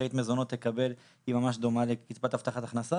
שזכאית מזונות תקבל היא ממש דומה לקצבת הבטחת הכנסה